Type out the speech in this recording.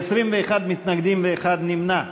ב-21 מתנגדים ונמנע אחד.